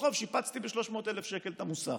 הרחוב שיפצתי ב-300,000 שקל את המוסך,